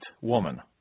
woman